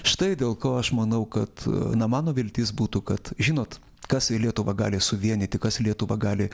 štai dėl ko aš manau kad na mano viltys būtų kad žinot kas į lietuvą gali suvienyti kas lietuvą gali